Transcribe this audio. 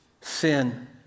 sin